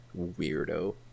Weirdo